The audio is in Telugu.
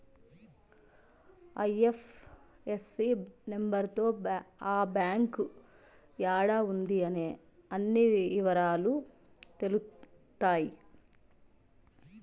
ఐ.ఎఫ్.ఎస్.సి నెంబర్ తో ఆ బ్యాంక్ యాడా ఉంది అనే అన్ని ఇవరాలు తెలుత్తాయి